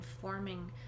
forming